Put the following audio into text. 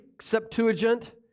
Septuagint